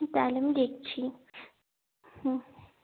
তাহলে আমি দেখছি হুম